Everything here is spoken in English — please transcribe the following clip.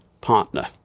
partner